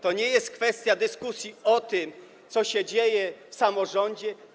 To nie jest kwestia dyskusji o tym, co się dzieje w samorządzie?